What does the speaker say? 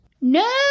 No